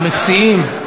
המציעים,